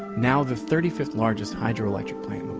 now the thirty fifth largest hydroelectric plant